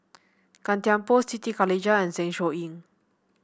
Gan Thiam Poh Siti Khalijah and Zeng Shouyin